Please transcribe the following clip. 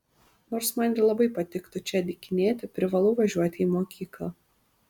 nors man ir labai patiktų čia dykinėti privalau važiuoti į mokyklą